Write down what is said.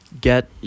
get